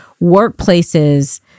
workplaces